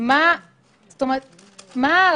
היה לכם